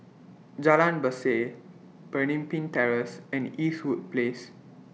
Jalan Berseh Pemimpin Terrace and Eastwood Place